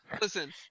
Listen